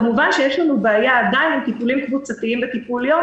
כמובן יש לנו בעיה עדיין עם טיפולים קבוצתיים בטיפול יום.